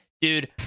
Dude